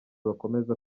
bakomeza